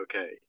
okay